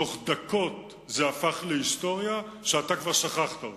ובתוך דקות זה הפך להיסטוריה שאתה כבר שכחת אותה.